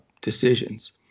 decisions